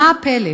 ומה הפלא?